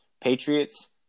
Patriots